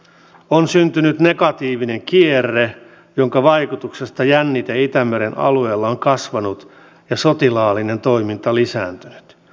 on syntynyt negatiivinen kierre jonka vaikutuksesta jännite itämeren alueella on kasvanut ja sotilaallinen toiminta lisääntynyt